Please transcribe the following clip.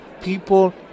People